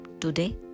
Today